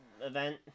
event